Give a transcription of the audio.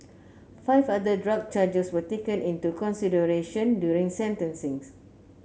five other drug charges were taken into consideration during sentencing